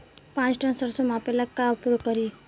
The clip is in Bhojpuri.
पाँच टन सरसो मापे ला का उपयोग करी?